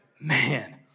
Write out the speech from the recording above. Man